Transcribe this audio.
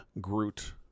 Groot